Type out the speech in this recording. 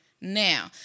now